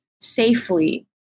safely